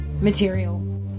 material